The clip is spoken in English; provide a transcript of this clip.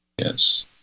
Yes